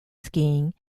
skiing